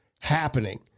happening